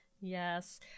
Yes